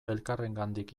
elkarrengandik